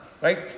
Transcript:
Right